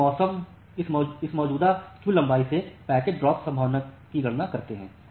हम मौजूदा क्यू लंबाई से पैकेट्स ड्रॉप संभावना की गणना करते हैं